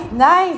nice